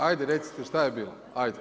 Ajde recite šta je bilo, ajde.